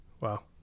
Wow